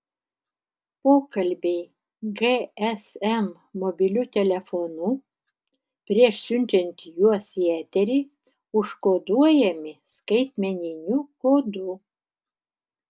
pokalbiai gsm mobiliu telefonu prieš siunčiant juos į eterį užkoduojami skaitmeniniu kodu